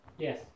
Yes